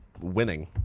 winning